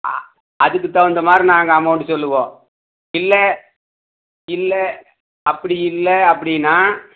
ஆ அதுக்குதகுந்தமாதிரி நாங்கள் அமௌண்ட்டு சொல்லுவோம் இல்லை இல்லை அப்படி இல்லை அப்படின்னா